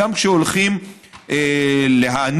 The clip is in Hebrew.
גם כשהולכים להעניש,